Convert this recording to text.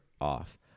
off